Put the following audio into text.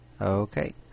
Okay